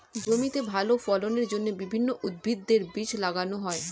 জমিতে ভালো ফলনের জন্য বিভিন্ন উদ্ভিদের বীজ লাগানো হয়